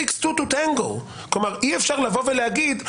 אי אפשר לבוא ולהגיד,